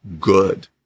good